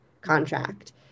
contract